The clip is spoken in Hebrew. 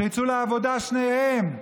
שיצאו לעבודה שניהם,